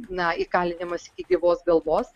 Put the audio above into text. na įkalinimas iki gyvos galvos